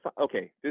okay